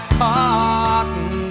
cotton